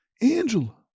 Angela